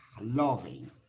loving